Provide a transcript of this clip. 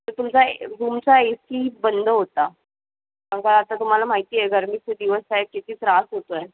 तर तुमचा ए रूमचा ए सी बंद होता कारण का आता तुम्हाला माहिती आहे गरमीचे दिवस आहे किती त्रास होतो आहे